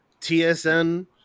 TSN –